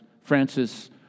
Francis